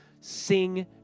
sing